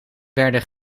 werden